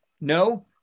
No